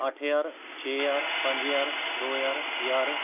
अट्ठ ज्हार छे ज्हार पंज ज्हार दो ज्हार ज्हार